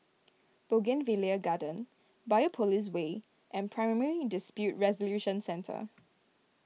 Bougainvillea Garden Biopolis Way and Primary Dispute Resolution Centre